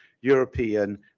European